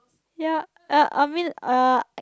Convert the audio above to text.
ya uh I mean uh